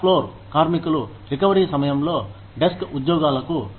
shop floor కార్మికులు recovery సమయంలో desk ఉద్యోగాలకు